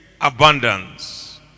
abundance